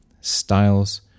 styles